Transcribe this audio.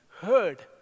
heard